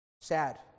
Sad